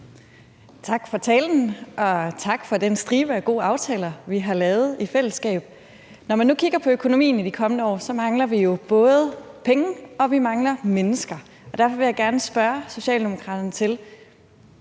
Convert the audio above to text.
Tak for talen, og tak for den stribe af gode aftaler, vi har lavet i fællesskab. Når man kigger på økonomien i de kommende år, mangler vi jo både penge og mennesker, og derfor vil jeg gerne spørge Socialdemokraterne: Vil